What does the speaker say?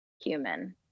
human